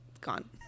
gone